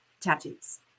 tattoos